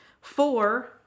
Four